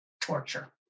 torture